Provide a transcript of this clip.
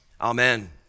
Amen